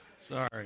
Sorry